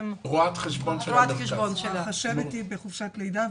לרואת החשבון,